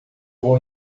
vou